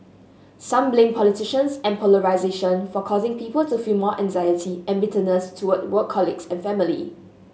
some blame politicians and polarisation for causing people to feel more anxiety and bitterness toward work colleagues and family